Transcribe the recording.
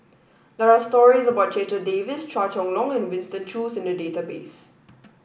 there are stories about Checha Davies Chua Chong Long and Winston Choos in the database